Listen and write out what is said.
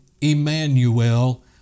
Emmanuel